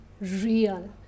real